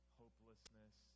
hopelessness